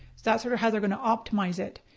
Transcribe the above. that's sort of how they're going to optimize it.